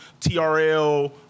TRL